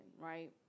right